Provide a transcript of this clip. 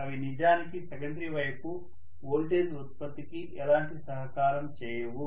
అవి నిజానికి సెకండరీ వైపు వోల్టేజ్ ఉత్పత్తికి ఎలాంటి సహకారం చేయవు